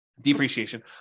depreciation